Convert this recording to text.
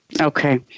okay